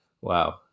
Wow